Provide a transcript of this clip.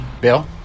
Bill